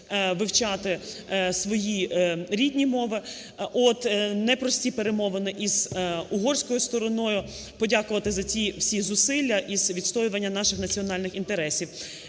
вивчати свої рідні мови, непрості перемовини із угорською стороною, подякувати за ті всі зусилля і відстоювання наших національних інтересів.